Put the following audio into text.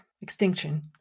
Extinction